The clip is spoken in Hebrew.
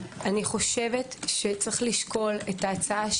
אני חושבת שצריך לשקול את ההצעה,